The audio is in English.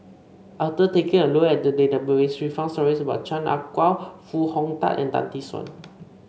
after taking a look at the database we found stories about Chan Ah Kow Foo Hong Tatt and Tan Tee Suan